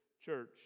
church